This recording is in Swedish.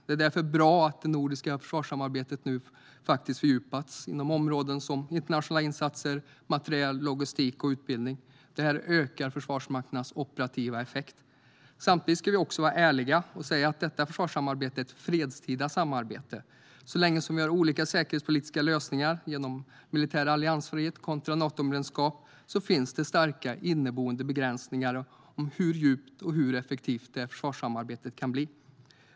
Det är därför bra att det nordiska försvarssamarbetet nu faktiskt har fördjupats inom områden som internationella insatser, materiel, logistik och utbildning. Det här ökar försvarsmakternas operativa effekt. Samtidigt ska vi också vara ärliga och säga att detta försvarssamarbete är ett fredstida samarbete. Så länge som vi har olika säkerhetspolitiska lösningar genom militär alliansfrihet kontra Natomedlemskap finns det starka inneboende begränsningar om hur djupt och effektivt försvarssamarbetet kan bli.